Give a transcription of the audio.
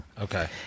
Okay